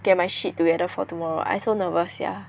get my shit together for tomorrow I so nervous sia